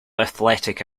athletic